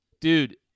Dude